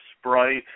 Sprite